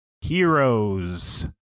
Heroes